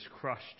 crushed